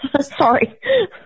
Sorry